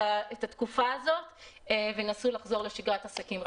התקופה הזאת וינסו לחזור לשגרת עסקים רגילה.